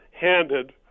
handed